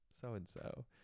so-and-so